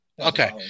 Okay